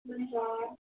हुन्छ